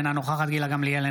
אינה נוכחת גילה גמליאל,